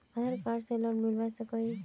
आधार card से की loan मिलवा सकोहो?